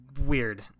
weird